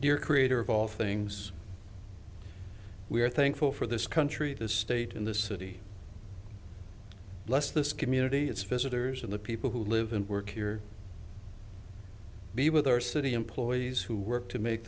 your creator of all things we are thankful for this country this state in this city less this community its visitors and the people who live and work here be with our city employees who work to make